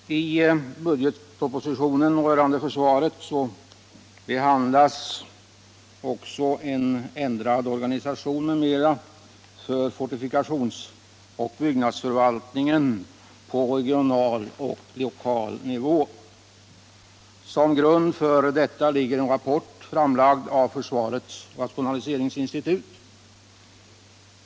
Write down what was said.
Herr talman! I budgetpropositionen rörande försvaret föreslås ändrad organisation m.m. för fortifikationsoch byggnadsförvaltningen på regional och lokal nivå. Till grund för detta ligger en rapport framlagd av försvarets rationaliseringsinstitut.